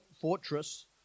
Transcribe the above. fortress